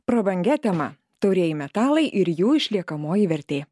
prabangia tema taurieji metalai ir jų išliekamoji vertė